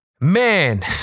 Man